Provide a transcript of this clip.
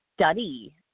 study